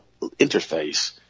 interface